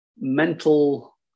mental